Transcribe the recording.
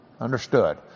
Understood